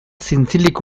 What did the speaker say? zintzilik